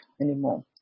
anymore